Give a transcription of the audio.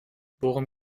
worum